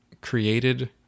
created